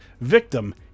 victim